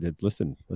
Listen